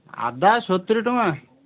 ଅଦା ସତୁରି ଟଙ୍କା